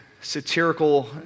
satirical